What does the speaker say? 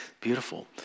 Beautiful